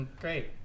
Great